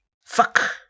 Fuck